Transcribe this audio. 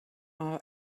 our